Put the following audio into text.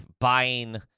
buying